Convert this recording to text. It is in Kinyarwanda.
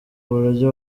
buryo